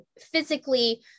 physically